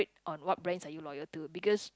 on what brands are you loyal to because